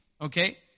okay